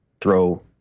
throw